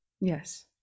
yes